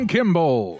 Kimball